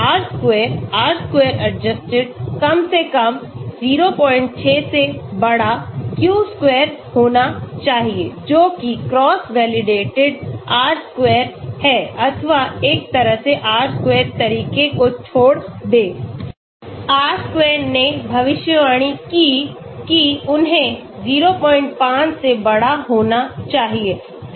r2 - r'02r2 01 and 085 k' 115 R square r square adjusted कम से कम 06 q square होना चाहिए जो कि क्रॉसवैलिडेटेड R square है अथवा एक तरह से R square तरीके को छोड़ दें R square ने भविष्यवाणी की कि उन्हें 05 होना चाहिए